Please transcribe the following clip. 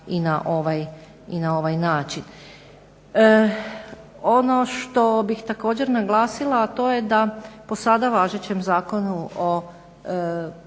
i na ovaj način. Ono što bih također naglasila, a to je da po sada važećem zakonu o